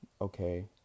okay